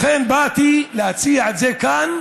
לכן באתי להציע את זה כאן,